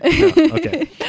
Okay